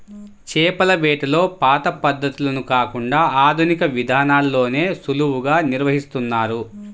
చేపల వేటలో పాత పద్ధతులను కాకుండా ఆధునిక విధానాల్లోనే సులువుగా నిర్వహిస్తున్నారు